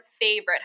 favorite